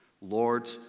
Lord